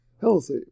healthy